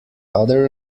other